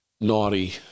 naughty